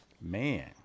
Man